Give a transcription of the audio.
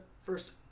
first